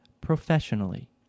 professionally